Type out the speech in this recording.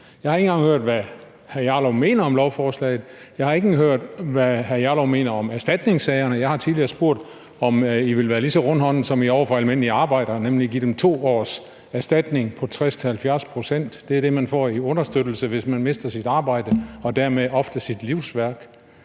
Jeg har ikke engang hørt, hvad hr. Rasmus Jarlov mener om lovforslaget. Jeg har ikke hørt, hvad hr. Rasmus Jarlov mener om erstatningssagerne. Jeg har tidligere spurgt, om I ville være lige så rundhåndet, som I er over for over almindelige arbejdere, nemlig at give dem 2 års erstatning på 60 til 70 pct. Det er det, som man får i understøttelse, hvis man mister sit arbejde og dermed ofte sit livsværk.